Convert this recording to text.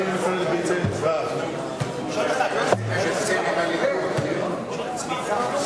ההצעה לכלול את הנושא בסדר-היום של הכנסת נתקבלה.